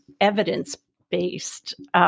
evidence-based